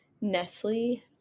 Nestle